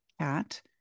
cat